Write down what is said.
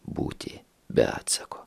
būti be atsako